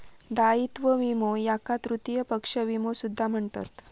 दायित्व विमो याका तृतीय पक्ष विमो सुद्धा म्हणतत